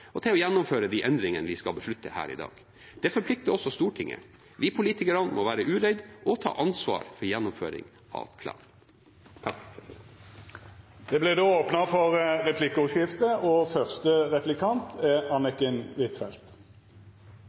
og til å gjennomføre de endringene vi skal beslutte her i dag. Det forplikter også Stortinget. Vi politikere må være uredde og ta ansvar for gjennomføringen av planen.